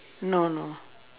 no no